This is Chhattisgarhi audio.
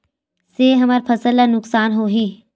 से हमर फसल ला नुकसान होही?